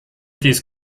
these